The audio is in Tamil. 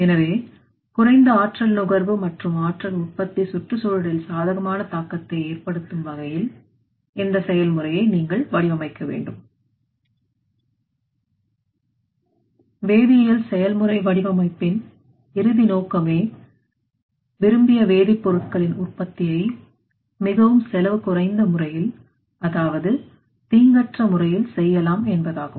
எனவே குறைந்த ஆற்றல் நுகர்வு மற்றும் ஆற்றல் உற்பத்தி சுற்றுச்சூழலில் சாதகமான தாக்கத்தை ஏற்படுத்தும் வகையில் இந்த செயல்முறையை நீங்கள் வடிவமைக்க வேண்டும் வேதியியல் செயல்முறை வடிவமைப்பின் இறுதிநோக்கமே விரும்பிய வேதிப்பொருட்களின் உற்பத்தியை மிகவும் செலவு குறைந்த முறையில் அதாவது தீங்கற்ற முறையில் செய்யலாம் என்பதாகும்